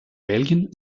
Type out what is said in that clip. belgien